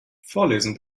vorlesen